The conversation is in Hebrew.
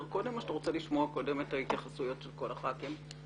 תומר נאור, ראש אגף משפטי בתנועה לאיכות השלטון.